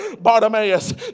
Bartimaeus